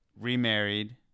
remarried